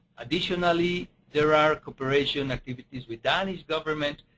additionally, there are cooperation activities, within the government,